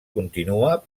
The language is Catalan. continua